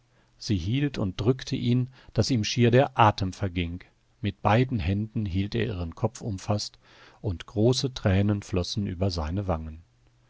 sie hielt und drückte ihn daß ihm schier der atem verging mit beiden händen hielt er ihren kopf umfaßt und große tränen flossen über seine wangen